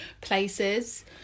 places